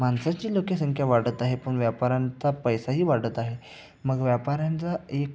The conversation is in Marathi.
माणसाची लोकसंख्या वाढत आहे पण व्यापारांचा पैसाही वाढत आहे मग व्यापाऱ्यांचा एक